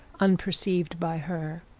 unperceived by her.